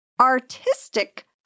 artistic